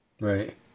Right